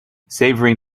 savouring